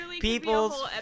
people's